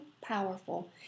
powerful